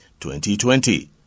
2020